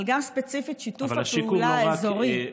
אבל גם ספציפית שיתוף הפעולה האזורי,